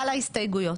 על ההסתייגויות.